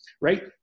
right